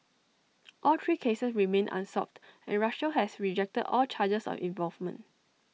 all three cases remain unsolved and Russia has rejected all charges of involvement